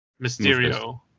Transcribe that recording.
Mysterio